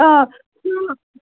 آ سُہ